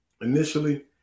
initially